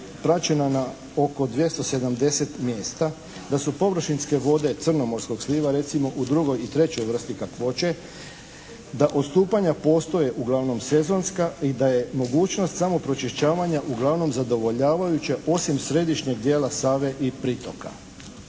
praćena na oko 270 mjesta, da su površinske vode crnomorskog sliva recimo u drugoj i trećoj vrsti kakvoće, da postupanja postoje uglavnom sezonska i da je mogućnost samopročišćavanja uglavnom zadovoljavajuća osim središnjeg dijela Save i pritoka.